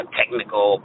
technical